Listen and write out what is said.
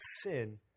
sin